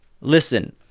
Listen